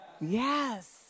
Yes